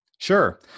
Sure